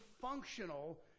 functional